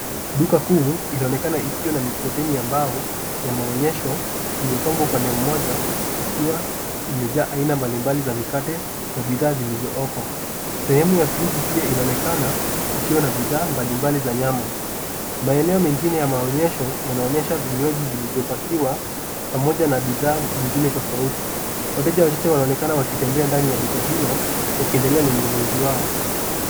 Duka kuu inaonekana ikiwa na mikokoteni ya mbao ya maonyesho iliyopangwa upande mmoja ikiwa imejaa aina mbalimbali za mikate na bidhaa zilizokwa. Sehemu ya friji pia inaonekana ikiwa na bidhaa mbalimbali za nyama. Maeneo mengine ya maonyesho yanaonyesha vinywaji vilivyopakiwa pamoja na bidhaa nyingine tofauti. Wateja wachache wanaonekana wakitembea ndani ya duka hilo wakiendelea na ununuzi wao.